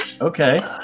Okay